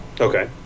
Okay